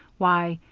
why,